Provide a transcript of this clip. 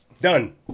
Done